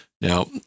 Now